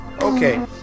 Okay